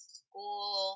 school